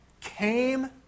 came